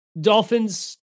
Dolphins